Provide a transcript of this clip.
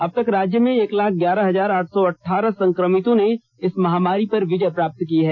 अब तक राज्य में एक लाख ग्यारह हजार आठ सौ अठारह संक्रमितों ने इस महामारी पर विजय प्राप्त की है